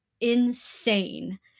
insane